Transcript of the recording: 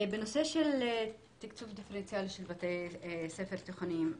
בנושא של תקצוב דיפרנציאלי של בתי ספר תיכוניים,